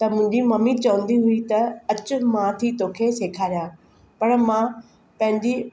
त मुंहिंजी मम्मी चवंदी हुई त अच मां थी तोखे सेखारिया पर मां पंहिंजी